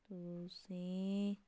ਤੁਸੀਂ